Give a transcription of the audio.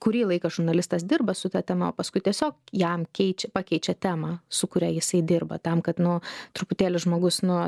kurį laiką žurnalistas dirba su ta tema paskui tiesiog jam keičia pakeičia temą su kuria jisai dirba tam kad nu truputėlį žmogus nu